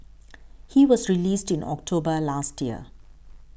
he was released in October last year